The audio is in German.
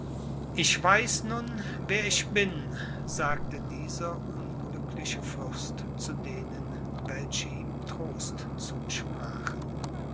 ich weiß nun wer ich bin sagte dieser unglückliche fürst zu denen welche ihm trost zusprachen